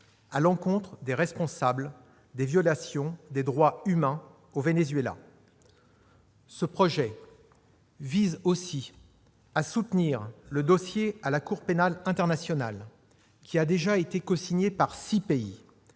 à l'encontre des responsables des violations des droits humains au Venezuela. Elle vise aussi à soutenir le dossier à la Cour pénale internationale, déjà cosigné par six pays,